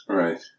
right